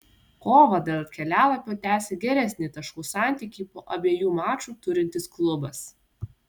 kovą dėl kelialapio tęsia geresnį taškų santykį po abiejų mačų turintis klubas